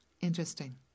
Interesting